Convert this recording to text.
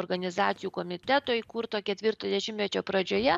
organizacijų komiteto įkurto ketvirto dešimtmečio pradžioje